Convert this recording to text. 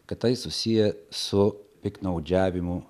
kad tai susiję su piktnaudžiavimu